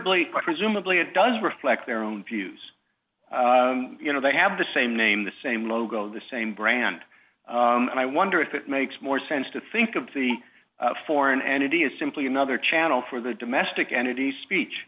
but presumably it does reflect their own views you know they have the same name the same logo the same brand and i wonder if it makes more sense to think of the foreign entity is simply another channel for the domestic entity speech